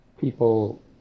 people